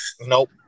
Nope